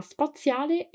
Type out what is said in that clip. Spaziale